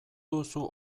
duzu